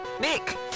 Nick